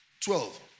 Twelve